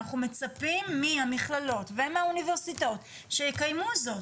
אנחנו מצפים מהמכללות ומהאוניברסיטאות שיקיימו זאת.